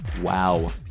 Wow